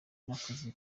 n’akazi